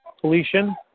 Felician